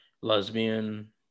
lesbian